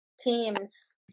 teams